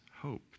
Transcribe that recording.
hope